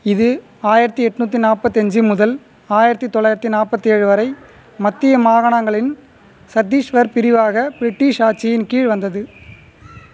இது ஆயிரத்தி எண்நூத்தி நாற்பத்தஞ்சு முதல் ஆயிரத்தி தொள்ளாயிரத்து நாற்பத்து ஏழு வரை மத்திய மாகாணங்களின் சத்தீஸ்கர் பிரிவாக பிரிட்டிஷ் ஆட்சியின் கீழ் வந்தது